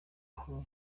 aho